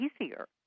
easier